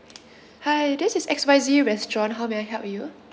hi this is X Y Z restaurant how may I help you